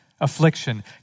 Affliction